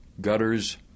gutters